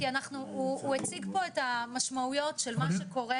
הוא הציג פה את המשמעויות של מה שקורה